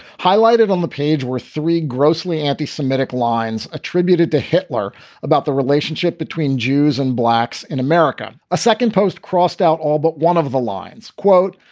highlighted on the page were three grossly anti-semitic lines attributed to hitler about the relationship between jews and blacks in america. a second post crossed out all but one of the lines. quote,